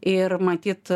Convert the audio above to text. ir matyt